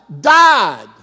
died